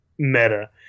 Meta